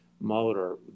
motor